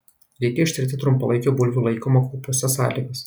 reikia ištirti trumpalaikio bulvių laikymo kaupuose sąlygas